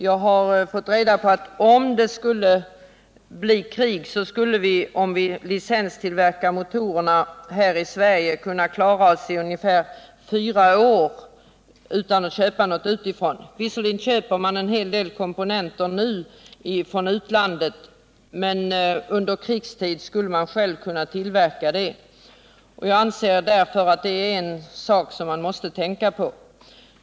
Jag har fått reda på att om det skulle bli krig, skulle vi, om vi licenstillverkar motorerna här i Sverige, kunna klara oss i ungefär fyra år utan att köpa något utifrån. Visserligen köper vi nu en hel del komponenter från utlandet, men under krigstid skulle vi själva kunna tillverka dem. Jag anser därför att detta är en sak som man måste tänka på.